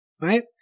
right